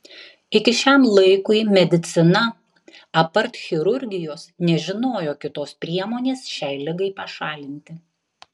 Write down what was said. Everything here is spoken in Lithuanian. iki šiam laikui medicina apart chirurgijos nežinojo kitos priemonės šiai ligai pašalinti